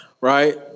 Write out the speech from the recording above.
right